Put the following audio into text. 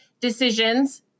decisions